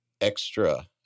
extra